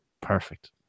Perfect